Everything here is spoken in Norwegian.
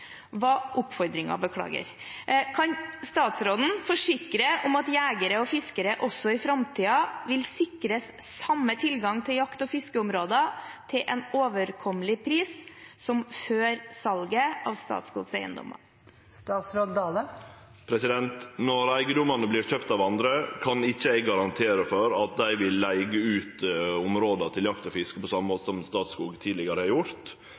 Kan statsråden forsikre om at jegere og fiskere også i framtida vil sikres samme tilgang til jakt- og fiskeområder til en overkommelig pris som før salget av Statskogs eiendommer?» Når eigedomane vert kjøpte av andre, kan ikkje eg garantere for at dei vil leige ut områda til jakt og fiske på same måten som Statskog tidlegare har gjort.